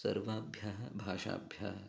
सर्वाभ्यः भाषाभ्यः